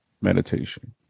meditation